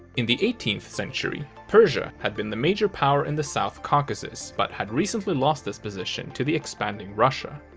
in the eighteenth century, persia had been the major power in the south caucasus, but had recently lost this position to the expanding russia.